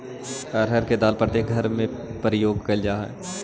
अरहर के दाल प्रत्येक घर में प्रयोग कैल जा हइ